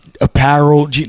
apparel